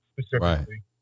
specifically